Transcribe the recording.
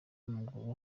w’amaguru